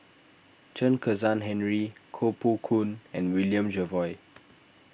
Chen Kezhan Henri Koh Poh Koon and William Jervois